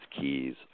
keys